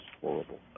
horrible